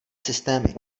systémy